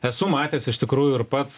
esu matęs iš tikrųjų ir pats